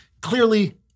Clearly